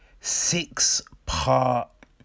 six-part